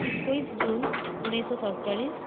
ଏକୋଇଶି ଜୁନ୍ ଉଣାଇଶି ସତଚାଳିଶ